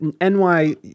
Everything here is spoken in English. NY